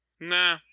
Nah